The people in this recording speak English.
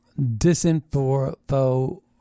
disinfo